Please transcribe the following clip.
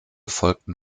folgten